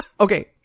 okay